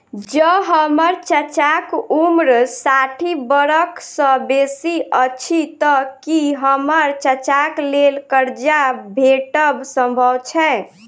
जँ हम्मर चाचाक उम्र साठि बरख सँ बेसी अछि तऽ की हम्मर चाचाक लेल करजा भेटब संभव छै?